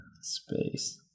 Space